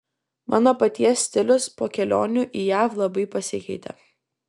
mano paties stilius po kelionių į jav labai pasikeitė